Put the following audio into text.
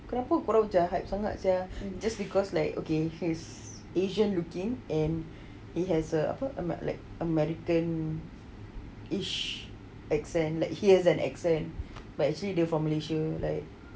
kenapa kurang jahat sangat sia just because like okay his asian looking and he has a like apa american-ish accent he has an accent like so actually he's from malaysia like